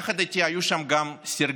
יחד איתי היו שם גם סרגיי,